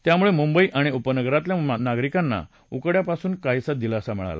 त्यामुळे मुंबई आणि उपनगरातल्या नागरिकांना उकाड्यापासूनही दिलासा मिळाला